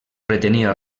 pretenia